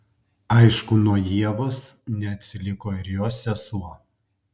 aišku nuo ievos neatsiliko ir jos sesuo